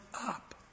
up